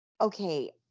Okay